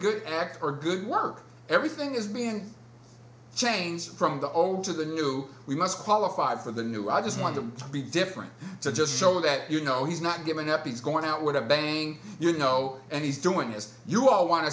good act or good work everything is being changed from the old to the new we must qualify for the new i just want to be different just so that you know he's not giving up he's going out with a bang you know and he's doing this to you i want to